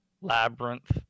labyrinth